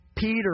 Peter